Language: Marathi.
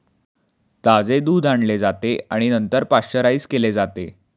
ताजे दूध आणले जाते आणि नंतर पाश्चराइज केले जाते